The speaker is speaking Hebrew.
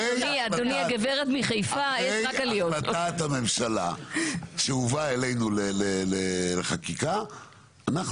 אחרי החלטת הממשלה שהובאה אלינו לחקיקה אנחנו